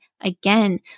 again